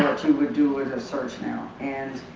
would do with a search now and